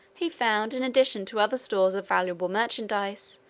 he found, in addition to other stores of valuable merchandise,